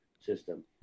System